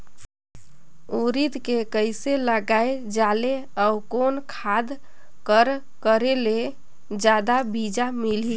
उरीद के कइसे लगाय जाले अउ कोन खाद कर करेले जादा बीजा मिलही?